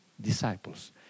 disciples